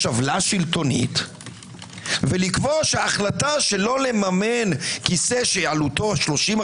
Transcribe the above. עוולה שלטונית ולקבוע שהחלטה שלא לממן כיסא שעלותו 30,000,